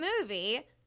movie